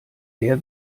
der